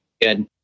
Good